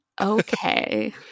okay